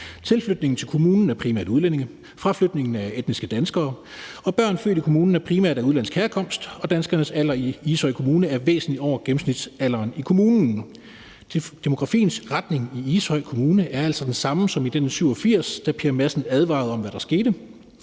Tilflytningen til kommunen er primært udlændinge, fraflytningen er etniske danskere, og børn født i kommunen er primært af udenlandsk herkomst, og danskernes alder i Ishøj Kommune er væsentlig over gennemsnitsalderen i kommunen. Demografiens retning i Ishøj Kommune er altså den samme som i 1987, da Per Madsen advarede om, hvad der skete.